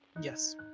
yes